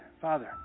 Father